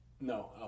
No